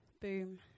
Boom